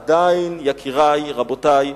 עדיין, יקירי, רבותי,